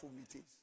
meetings